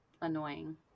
annoying